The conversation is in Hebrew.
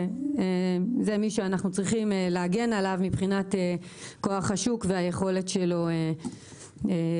שזה מי שאנחנו צריכים להגן עליו מבחינת כוח השוק והיכולת שלו להתמודד.